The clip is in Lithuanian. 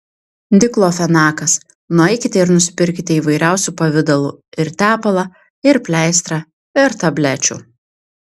diklofenakas nueikite ir nusipirkite įvairiausių pavidalų ir tepalą ir pleistrą ir tablečių